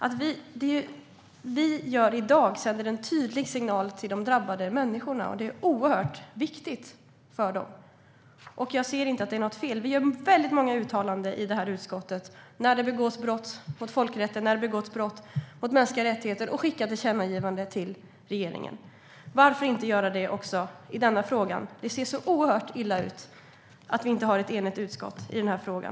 Det vi gör i dag sänder en tydlig signal till de drabbade människorna, och det är oerhört viktigt för dem. Jag ser inte att det är något fel. Vi gör många uttalanden i utskottet när det begås brott mot folkrätten och mot mänskliga rättigheter, och vi skickar tillkännagivanden till regeringen. Varför då inte göra det också i denna fråga? Det ser oerhört illa ut att vi inte har ett enigt utskott i frågan.